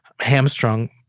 hamstrung